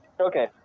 Okay